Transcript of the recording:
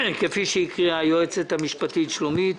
כפי שקראה היועצת המשפטית שלומית ארליך.